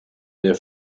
their